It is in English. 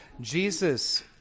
Jesus